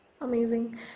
Amazing